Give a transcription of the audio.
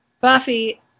Buffy